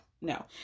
no